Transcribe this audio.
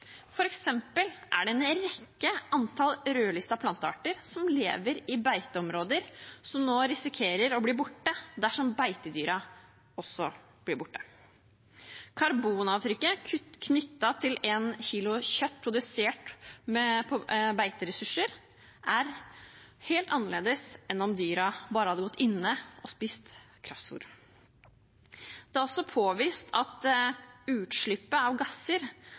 er det en rekke rødlistede plantearter som lever i beiteområder, som nå risikerer å bli borte dersom beitedyrene også blir borte. Karbonavtrykket knyttet til én kilo kjøtt produsert med beiteressurser er helt annerledes enn om dyrene bare hadde gått inne og spist kraftfôr. Det er også påvist at utslippet av gasser